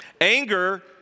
anger